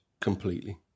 Completely